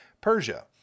Persia